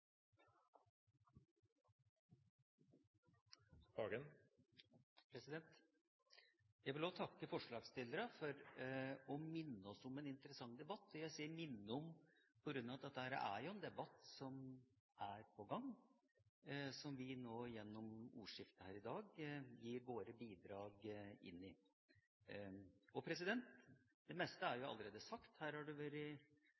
vil også takke forslagsstillerne for å minne oss om en interessant debatt. Jeg sier minne om, fordi dette jo er en debatt som er på gang, og som vi nå gjennom ordskiftet her i dag gir våre bidrag til. Det meste er jo allerede sagt. Her har det